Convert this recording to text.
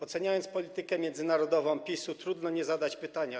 Oceniając politykę międzynarodową PiS-u, trudno nie zadać pytania: